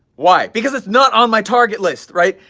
why? because it's not on my target list right,